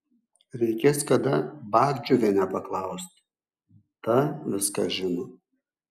reikės kada bagdžiuvienę paklausti ta viską žino